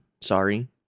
Sorry